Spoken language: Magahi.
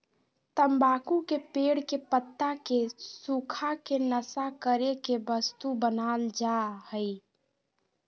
तम्बाकू के पेड़ के पत्ता के सुखा के नशा करे के वस्तु बनाल जा हइ